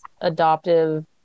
adoptive